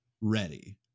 ready